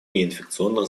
неинфекционных